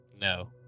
no